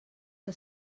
que